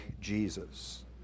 Jesus